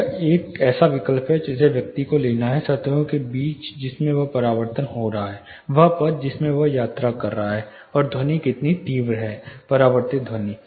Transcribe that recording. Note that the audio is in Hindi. यह एक ऐसा विकल्प है जिसे एक व्यक्ति को लेना है सतहों के बीच जिसमें वह परावर्तन हो रहा है वह पथ जिसमें वह यात्रा कर रहा है और ध्वनि कितनी तीव्र है परावर्तित ध्वनि